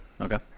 Okay